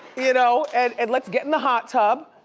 you know, and and let's get in the hot tub.